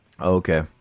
Okay